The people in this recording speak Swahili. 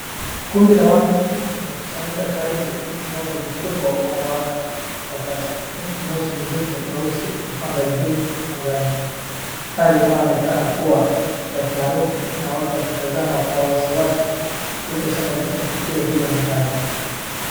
Kundi la watu limekusanyika karibu na moto mkubwa unaowaka kwa kasi uku moshi mzito mweusi ukipanda juu angani. Hali inaonekana kuwa ya taharuki na watu wakitazama kwa wasiwasi kilichosababisha tukio hilo hatari.